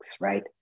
right